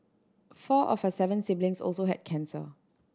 four of her seven siblings also had cancer